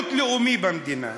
למיעוט לאומי במדינה,